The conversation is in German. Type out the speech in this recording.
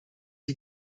die